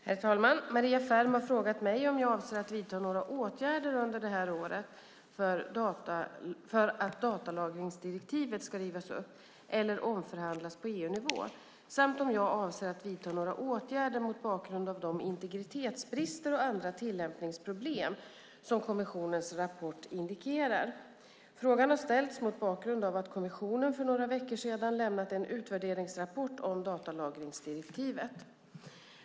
Herr talman! Maria Ferm har frågat mig om jag avser att vidta några åtgärder under detta år för att datalagringsdirektivet ska rivas upp eller omförhandlas på EU-nivå samt om jag avser att vidta några åtgärder mot bakgrund av de integritetsbrister och andra tillämpningsproblem som kommissionens rapport indikerar. Frågan har ställts mot bakgrund av att kommissionen för några veckor sedan lämnat en utvärderingsrapport om datalagringsdirektivet.